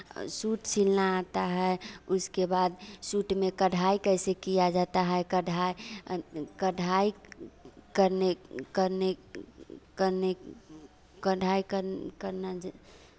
suit सिलना आता है उसके बाद सूट में कढ़ाई कैसे किया जाता है कढ़ा कढ़ाई करने करने करने कढ़ाई करने करना जर